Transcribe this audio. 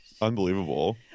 unbelievable